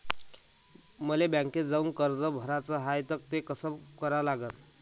मले बँकेत जाऊन कर्ज भराच हाय त ते कस करा लागन?